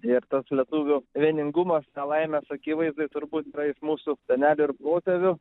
ir tas lietuvių vieningumas nelaimės akivaizdoj turbūt yra iš mūsų senelių ir protėvių